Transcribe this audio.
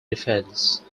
defense